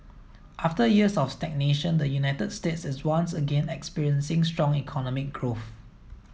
after years of stagnation the United States is once again experiencing strong economic growth